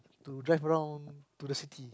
to drive around to the city